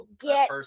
get